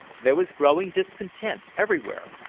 there was growing discontent everywhere,